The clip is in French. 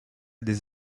des